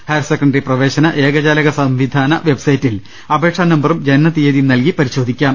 higher secondary പ്രവേശന ഏകജാലക സംവിധാന വെബ് സൈറ്റിൽ അപേക്ഷാനമ്പറും ജനനതിയ്യതിയും നൽകി പ്രിശോധിക്കാം